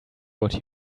what